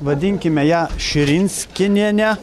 vadinkime ją širinskinine